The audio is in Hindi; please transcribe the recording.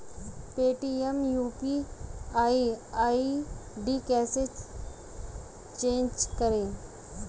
पेटीएम यू.पी.आई आई.डी कैसे चेंज करें?